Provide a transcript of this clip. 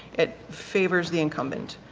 it favors the incumbent